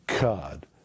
God